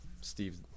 Steve